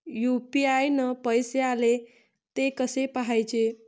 UPI न पैसे आले, थे कसे पाहाचे?